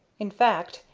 in fact,